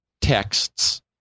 texts